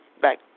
back